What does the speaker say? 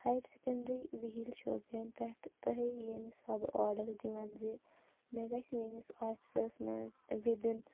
higher secondary ویٖل شوپیان پٮ۪ٹھ تۄہہِ ییٚمہِ حِساب آرڈَر دِوان زِ مےٚ گژھِ میٛٲنِس آفسَس منٛز وِدٕن